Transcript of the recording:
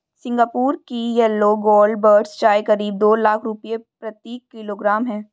Singapore की yellow gold buds चाय करीब दो लाख रुपए प्रति किलोग्राम है